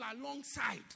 alongside